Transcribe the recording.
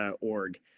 org